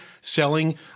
selling